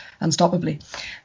unstoppably